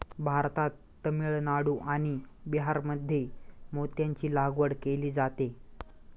भारतात तामिळनाडू आणि बिहारमध्ये मोत्यांची लागवड केली जाते